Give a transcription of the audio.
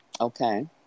okay